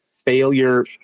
Failure